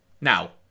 Now